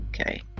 okay